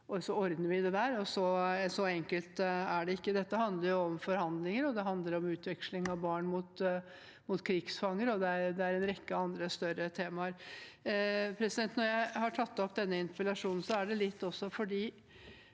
Så enkelt er det ikke. Dette handler om forhandlinger, det handler om utveksling av barn mot krigsfanger, og det er en rekke andre større temaer. Når jeg har tatt opp denne interpellasjonen, er det også litt fordi